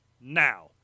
Now